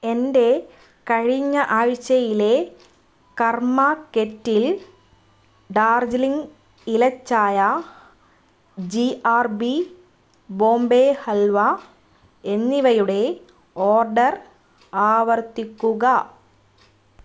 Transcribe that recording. എന്റെ കഴിഞ്ഞ ആഴ്ചയിലെ കർമ്മ കെറ്റിൽ ഡാർജിലിംഗ് ഇല ചായ G R B Bombay halwa എന്നിവയുടെ ഓർഡർ ആവർത്തിക്കുക